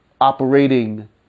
operating